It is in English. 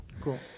Cool